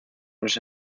los